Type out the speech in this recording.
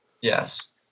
Yes